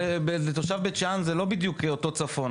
לא, אז לתושב בית שאן זה לא בדיוק אותו צפון.